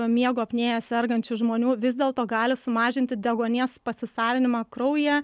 miego apnėja sergančių žmonių vis dėlto gali sumažinti deguonies pasisavinimą kraujyje